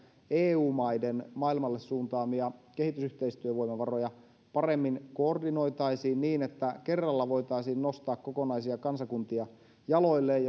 eu maiden maailmalle suuntaamia kehitysyhteistyövoimavaroja paremmin koordinoitaisiin niin että kerralla voitaisiin nostaa kokonaisia kansakuntia jaloilleen